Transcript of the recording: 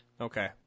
Okay